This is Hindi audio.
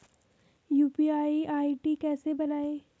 यु.पी.आई आई.डी कैसे बनायें?